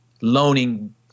loaning